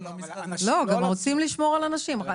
רוצים לשמור על האנשים.